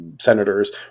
senators